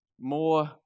more